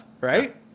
right